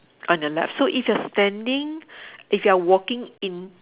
on your left so if you are standing if you are walking in